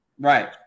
Right